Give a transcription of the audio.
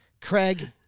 craig